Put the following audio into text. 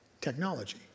Technology